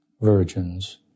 virgins